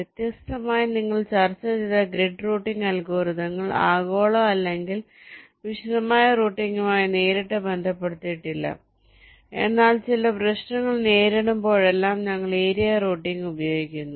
വ്യത്യസ്തമായി നിങ്ങൾ ചർച്ച ചെയ്ത ഗ്രിഡ് റൂട്ടിംഗ് അൽഗോരിതങ്ങൾ ആഗോള അല്ലെങ്കിൽ വിശദമായ റൂട്ടിംഗുമായി നേരിട്ട് ബന്ധപ്പെടുത്തിയിട്ടില്ല എന്നാൽ ചില പ്രശ്നങ്ങൾ നേരിടുമ്പോഴെല്ലാം ഞങ്ങൾ ഏരിയ റൂട്ടിംഗ് ഉപയോഗിക്കുന്നു